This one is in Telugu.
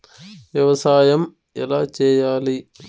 వ్యవసాయం ఎలా చేయాలి?